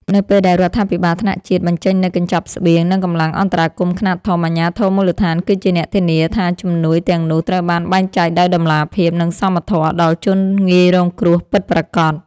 នៅពេលដែលរដ្ឋាភិបាលថ្នាក់ជាតិបញ្ចេញនូវកញ្ចប់ស្បៀង និងកម្លាំងអន្តរាគមន៍ខ្នាតធំ អាជ្ញាធរមូលដ្ឋានគឺជាអ្នកធានាថាជំនួយទាំងនោះត្រូវបានបែងចែកដោយតម្លាភាព និងសមធម៌ដល់ជនងាយរងគ្រោះពិតប្រាកដ។